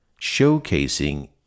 showcasing